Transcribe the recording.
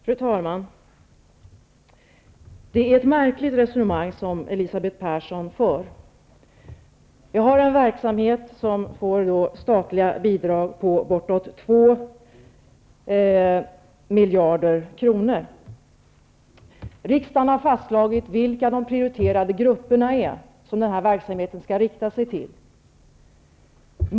Fru talman! Det är ett märkligt resonemang som Elisabeth Persson för. Vi har en verksamhet som får ett statligt stöd på bortåt 2 miljarder kronor. Riksdagen har fastslagit vilka de prioriterade grupperna är som den här verksamheten skall rikta sig till.